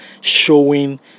showing